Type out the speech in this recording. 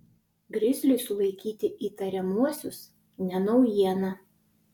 grizliui sulaikyti įtariamuosius ne naujiena